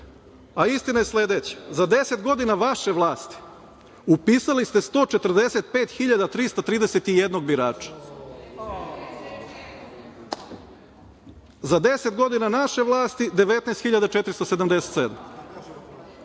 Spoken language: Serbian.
A istina je sledeća. Za 10 godina vaše vlasti upisali ste 145.331 birača. Za 10 godina naše vlasti 19.477.